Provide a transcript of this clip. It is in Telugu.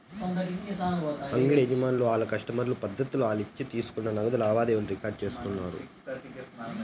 అంగిడి యజమానులు ఆళ్ల కస్టమర్ల పద్దుల్ని ఆలిచ్చిన తీసుకున్న నగదు లావాదేవీలు రికార్డు చేస్తుండారు